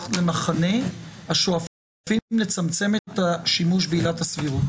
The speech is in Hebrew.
למחנה השואפים לצמצם את השימוש בעילת הסבירות.